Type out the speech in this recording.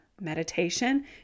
Meditation